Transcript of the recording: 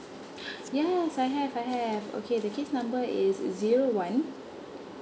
yes I have I have okay the case number is zero one